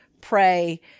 pray